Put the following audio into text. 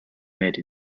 made